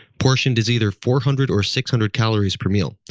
portioned as either four hundred or six hundred calories per meal.